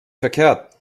verkehrt